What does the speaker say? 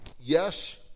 yes